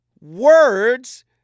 Words